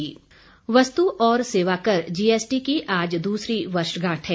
GST वस्तु और सेवा कर जीएसटी की आज दूसरी वर्षगांठ है